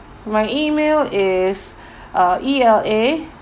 my email is uh E L A